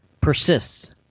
persists